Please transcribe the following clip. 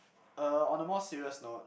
uh on a more serious note